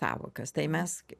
sąvokas tai mes